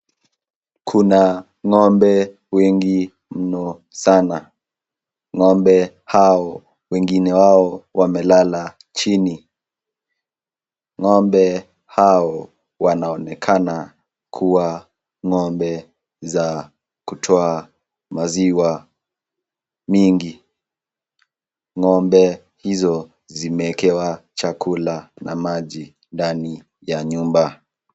Kuna ngombe wengi mno sana. Ngombe hao wengine wao wamelala chini. Ngombe hao wanaonekana kuwa ngombe za kutoa maziwa mingi . Ngombe hizi zimeekewa chakula na maji ndani ya nyumba.